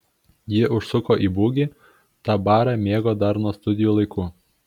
ji užsuko į bugį tą barą mėgo dar nuo studijų laikų